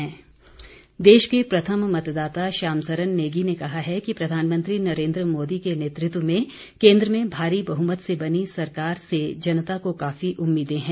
श्याम सरन नेगी देश के प्रथम मतदाता श्याम सरन नेगी ने कहा है कि प्रधानमंत्री नरेन्द्र मोदी के नेतृत्व में केन्द्र में भारी बहुमत से बनी सरकार से जनता को काफी उम्मीदें हैं